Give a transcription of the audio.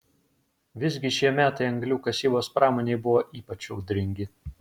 visgi šie metai anglių kasybos pramonei buvo ypač audringi